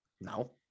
No